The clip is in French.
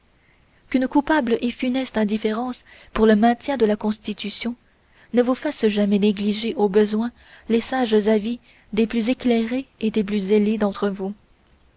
qu'une coupable et funeste indifférence pour le maintient de la constitution ne vous fasse jamais négliger au besoin les sages avis des plus éclairés et des plus zélés d'entre vous